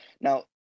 now